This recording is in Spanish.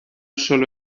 sólo